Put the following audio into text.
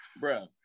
Bro